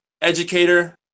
educator